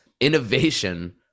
innovation